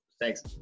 Thanks